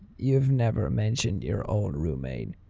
you've never mentioned your old roommate.